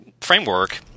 framework